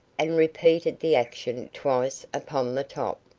and repeated the action twice upon the top.